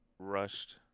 rushed